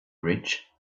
rich